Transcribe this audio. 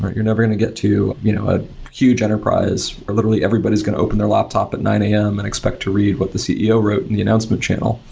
you're never going to get to you know a huge enterprise. literally, everybody is going to open their laptop at nine am and expect to read what the ceo wrote in the announcement channel,